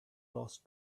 lost